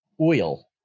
oil